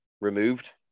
removed